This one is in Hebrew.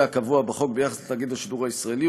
הקבוע בחוק ביחס לתאגיד השידור הישראלי,